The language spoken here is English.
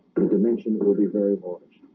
the dimension will be very large